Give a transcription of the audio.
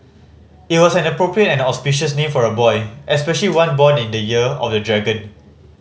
it was an appropriate and auspicious name for a boy especially one born in the year of the dragon